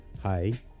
Hi